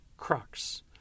crux